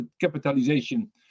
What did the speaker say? capitalization